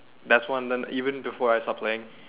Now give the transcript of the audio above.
that one then even before I start playing